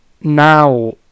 now